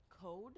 code